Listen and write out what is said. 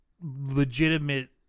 legitimate